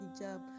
hijab